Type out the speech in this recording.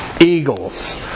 eagles